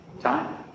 time